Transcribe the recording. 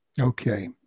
Okay